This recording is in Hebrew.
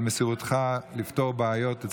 אני יכול להעיד באופן אישי על מסירותך לפתור בעיות,